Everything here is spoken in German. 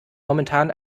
momentan